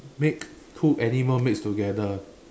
make two animals mix together